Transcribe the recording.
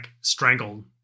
strangled